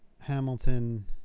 Hamilton